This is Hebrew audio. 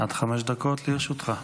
עד חמש דקות לרשותך.